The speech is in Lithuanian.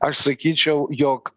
aš sakyčiau jog